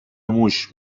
موش